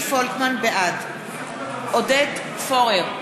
בעד עודד פורר,